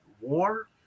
war